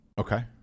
Okay